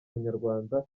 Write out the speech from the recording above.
munyarwanda